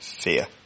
fear